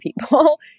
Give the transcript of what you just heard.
people